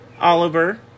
Oliver